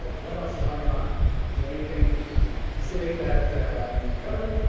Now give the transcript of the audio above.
ah what else is on your mind? is there anything specific that i need to cover?